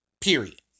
Period